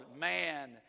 Man